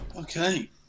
Okay